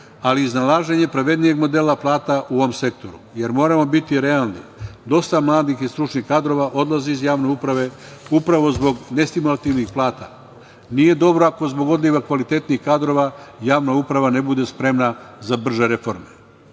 ali i iznalaženje pravednijeg modela plata u ovom sektoru, jer moramo biti realni, dosta mladih i stručnih kadrova odlazi iz javne prave, upravo zbog nestimulativnih plata. Nije dobro ako zbog odliva kvalitetnih kadrova javna uprava ne bude spremna za brže